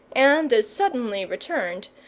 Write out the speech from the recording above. and as suddenly returned,